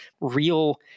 real